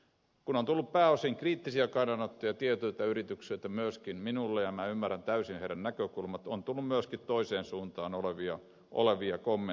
kun on tullut pääosin kriittisiä kannanottoja tietyiltä yrityksiltä myöskin minulle ja minä ymmärrän täysin heidän näkökulmansa on tullut myöskin toiseen suuntaan olevia kommentteja